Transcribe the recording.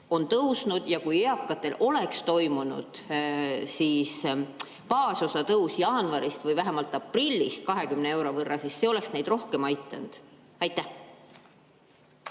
on tõusnud ja kui eakatel oleks pensioni baasosa tõusnud jaanuarist või vähemalt aprillist 20 euro võrra, siis see oleks neid rohkem aidanud. Aitäh!